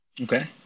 Okay